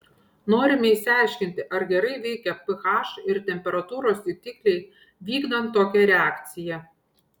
norime išsiaiškinti ar gerai veikia ph ir temperatūros jutikliai vykdant tokią reakciją